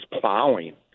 plowing